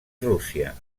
rússia